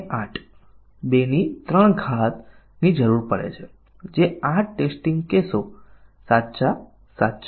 અને જો તમામ નિવેદનોને અમલમાં મૂકવામાં આવે છે તો આપણે જાણીએ છીએ કે 100 ટકા નિવેદન કવરેજ પ્રાપ્ત થયું છે